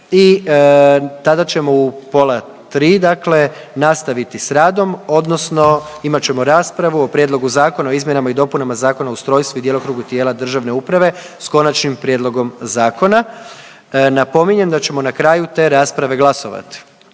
i tada ćemo u pola 3 dakle nastaviti s radom odnosno imat ćemo raspravu o Prijedlogu Zakona o izmjenama i dopunama Zakona o ustrojstvu i djelokrugu tijela državne uprave s konačnim prijedlogom zakona. Napominjem da ćemo na kraju te rasprave glasovati.